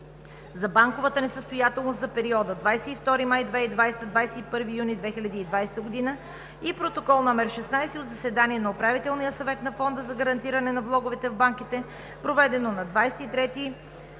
за банковата несъстоятелност за периода 22 май 2020 г. – 21 юни 2020 г. и Протокол № 16 от заседание на Управителния съвет на Фонда за гарантиране на влоговете в банките, проведено на 23